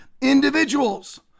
individuals